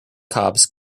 cobs